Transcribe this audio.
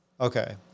Okay